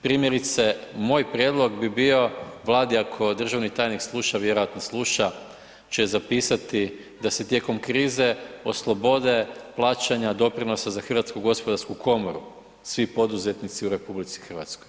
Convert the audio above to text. Primjerice, moj prijedlog bi bio Vladi ako državni tajnik sluša, a vjerojatno sluša će zapisat da se tijekom krize oslobode plaćanja doprinosa za Hrvatsku gospodarsku komoru svi poduzetnici u RH.